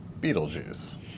Beetlejuice